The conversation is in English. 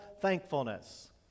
thankfulness